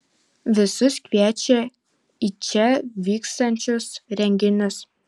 visus kviečia į čia vyksiančius renginius